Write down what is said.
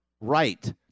right